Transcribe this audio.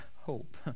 hope